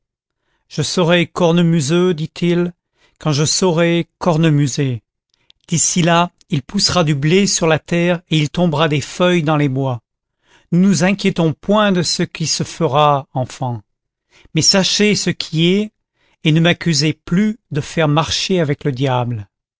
je serai cornemuseux dit-il quand je saurai cornemuser dici là il poussera du blé sur la terre et il tombera des feuilles dans les bois ne nous inquiétons point de ce qui sera enfants mais sachez ce qui est et ne m'accusez plus de faire marché avec le diable